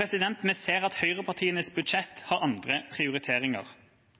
Vi ser at høyrepartienes budsjett har andre prioriteringer.